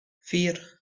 vier